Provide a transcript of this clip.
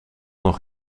nog